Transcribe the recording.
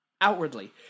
Outwardly